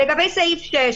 לגבי סעיף 6,